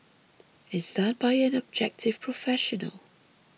is done by an objective professional